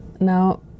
Now